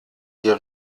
ihr